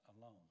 alone